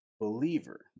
believer